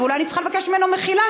ואולי אני צריכה לבקש ממנו מחילה,